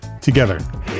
together